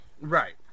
Right